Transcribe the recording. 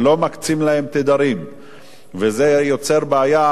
לא מקצים להם תדרים וזה יוצר בעיה,